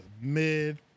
mid